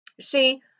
See